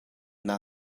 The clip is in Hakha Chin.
naa